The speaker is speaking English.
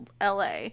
la